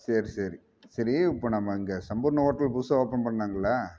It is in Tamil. சரி சரி சரி இப்போ நம்ம இங்கே சம்பூர்ண ஹோட்டல் புதுசாக ஓப்பன் பண்ணாங்கள்ல